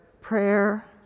prayer